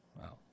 Wow